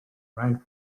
ran